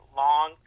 long